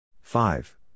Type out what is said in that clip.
five